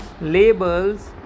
labels